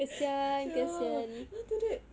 ya then after that